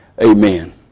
Amen